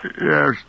Yes